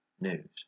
news